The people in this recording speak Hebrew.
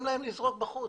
משתלם להם לזרוק בחוץ,